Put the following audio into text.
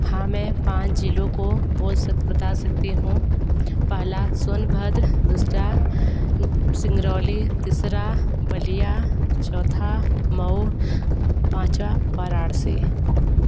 हाँ मैं पाँच ज़िलों को बोल सक बता सकती हूँ पहला सोनभद्र दूसरा सिंगरौली तीसरा बलिया चौथा मऊ पाँचवां वाराणसी